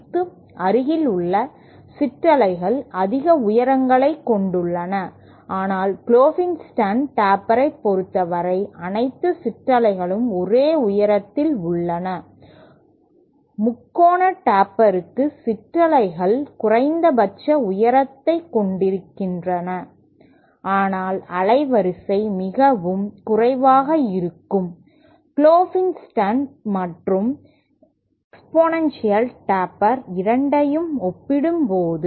க்கு அருகில் உள்ள சிற்றலைகள் அதிக உயரங்களைக் கொண்டுள்ளன ஆனால் க்ளோஃபென்ஸ்டைன் டேப்பரைப் பொறுத்தவரை அனைத்து சிற்றலைகளும் ஒரே உயரத்தில் உள்ளன முக்கோண டேப்பருக்கு சிற்றலைகள் குறைந்தபட்ச உயரத்தைக் கொண்டிருக்கின்றன ஆனால் அலைவரிசை மிகவும் குறைவாக இருக்கும் க்ளோப்ஃபென்ஸ்டைன் மற்றும் எக்ஸ்பொனென்ஷியல் டேப்பர் இரண்டையும் ஒப்பிடும்போது